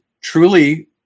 Truly